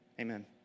Amen